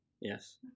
Yes